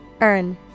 Earn